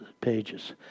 pages